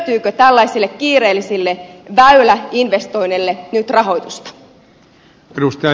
löytyykö tällaisille kiireellisille väyläinvestoinneille nyt rahoitusta